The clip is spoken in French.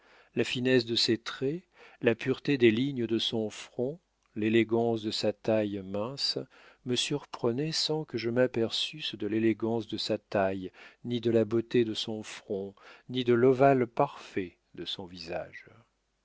la finesse de ses traits la pureté des lignes de son front l'élégance de sa taille mince me surprenaient sans que je m'aperçusse de l'élégance de sa taille ni de la beauté de son front ni de l'ovale parfait de son visage